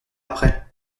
après